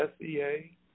SEA